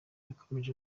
yakomeje